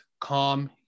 calm